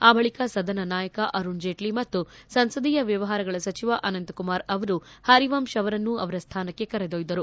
ಆ ಬಳಿಕ ಸದನ ನಾಯಕ ಅರುಣ್ ಜೇಟ್ಲಿ ಮತ್ತು ಸಂಸದೀಯ ವ್ಯವಹಾರಗಳ ಸಚಿವ ಅನಂತಕುಮಾರ್ ಅವರು ಪರಿವಂತ್ ಅವರನ್ನು ಅವರ ಸ್ವಾನಕ್ಕೆ ಕರೆದೊಯ್ದರು